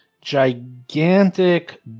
gigantic